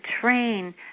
train